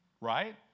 right